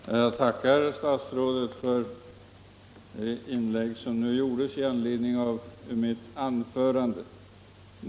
Herr talman! Jag tackar statsrådet för det tillägg han nu gjorde i anledning av mitt anförande.